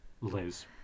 Liz